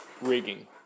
rigging